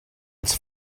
its